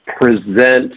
present